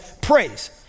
praise